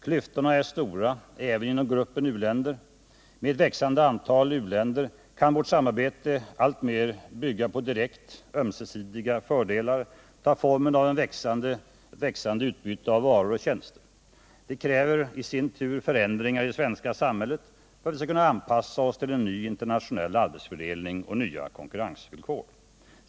Klyftorna är stora, även inom gruppen u-länder. Med ett växande antal u-länder kan vårt samarbete alltmer bygga på direkt ömsesidiga fördelar, ta formen av ett växande utbyte av varor och tjänster. Det kräver i sin tur förändringar i det svenska samhället, för att vi skall kunna anpassa oss till en ny internationell arbetsfördelning och nya konkurrensvillkor.